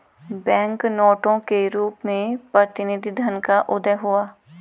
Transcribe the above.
bank नोटों के रूप में प्रतिनिधि धन का उदय हुआ